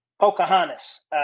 Pocahontas